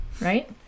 Right